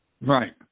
Right